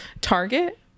Target